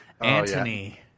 Anthony